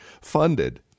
funded